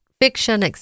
fiction